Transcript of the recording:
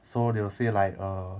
so they will say like err